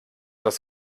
das